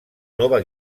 nova